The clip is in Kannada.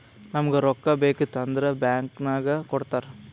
ನಮುಗ್ ರೊಕ್ಕಾ ಬೇಕಿತ್ತು ಅಂದುರ್ ಬ್ಯಾಂಕ್ ನಾಗ್ ಕೊಡ್ತಾರ್